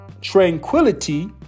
tranquility